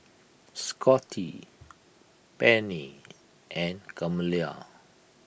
Scotty Pennie and Kamila